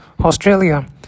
australia